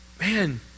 man